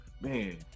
Man